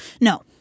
No